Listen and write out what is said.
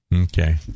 Okay